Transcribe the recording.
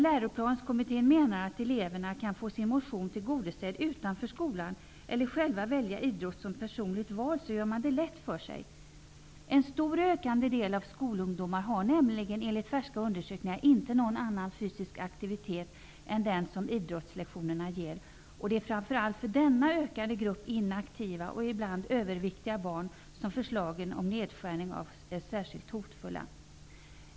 Läroplanskommittén menar emellertid att eleverna kan få sin motion tillgodosedd utanför skolan eller själva välja idrott som personligt val, men då gör man det lätt för sig. En stor och ökande del av skolungdomarna har nämligen, enligt färska undersökningar, inte någon annan fysisk aktivitet än den som idrottslektionerna ger, och det är framför allt för denna växande grupp inaktiva och ibland överviktiga barn som förslagen om nedskärningar är särskilt hotfulla.